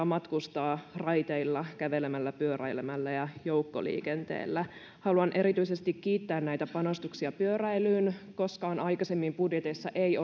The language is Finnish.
matkustaa raiteilla kävelemällä pyöräilemällä ja joukkoliikenteessä haluan erityisesti kiittää näistä panostuksista pyöräilyyn koskaan aikaisemmin budjeteissa ei